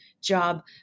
job